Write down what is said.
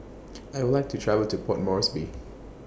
I Would like to travel to Port Moresby